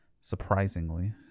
surprisingly